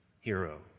hero